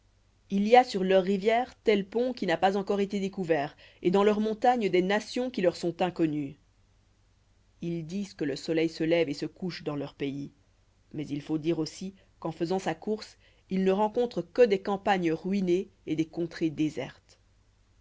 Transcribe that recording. il y a sur leurs rivières tel port qui n'a pas encore été découvert et dans leurs montagnes des nations qui leur sont inconnues ils disent que le soleil se lève et se couche dans leur pays mais il faut dire aussi qu'en faisant sa course il ne rencontre que des campagnes ruinées et des contrées désertes